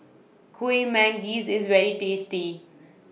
Kuih Manggis IS very tasty